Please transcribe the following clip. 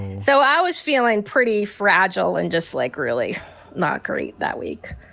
so i was feeling pretty fragile and just like, really not great that week,